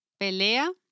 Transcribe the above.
Pelea